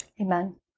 Amen